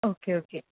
okay okay